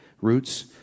Roots